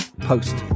post